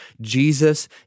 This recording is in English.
Jesus